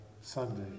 Sunday